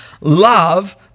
love